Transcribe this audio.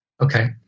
Okay